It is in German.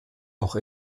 auch